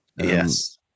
yes